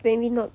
maybe not